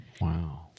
wow